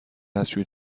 دستشویی